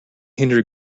hinder